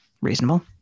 Reasonable